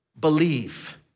Believe